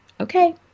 okay